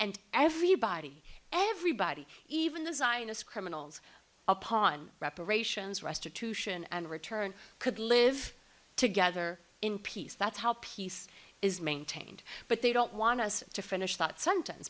and everybody everybody even the zionist criminals upon reparations restitution and return could live together in peace that's how peace is maintained but they don't want us to finish that sentence